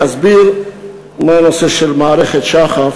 אני אסביר מה הנושא של מערכת שח"ף,